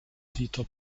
dieter